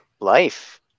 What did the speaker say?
life